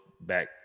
back